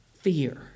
fear